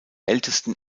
ältesten